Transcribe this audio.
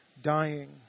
dying